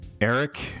Eric